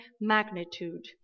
magnitude